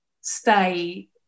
stay